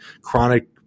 chronic